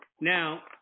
Now